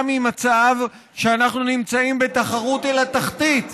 ממצב שאנחנו נמצאים בתחרות אל התחתית,